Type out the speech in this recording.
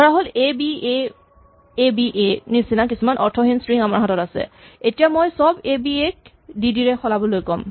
ধৰাহ'ল "এবিএএবিএ" নিচিনা কিছুমান অৰ্থহীন স্ট্ৰিং আমাৰ হাতত আছে এতিয়া মই চব "এবিএ" ক "ডিডি" ৰে সলাবলৈ ক'ম